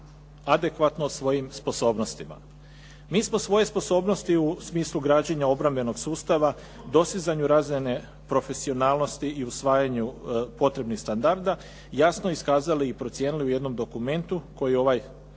adekvatno svojim sposobnostima. Mi smo svoje sposobnosti u smislu građenja obrambenog sustava, dosezanju razine profesionalnosti i usvajanju potrebnih standarda jasno iskazali i procijenili u jednom dokumentu koji je ovaj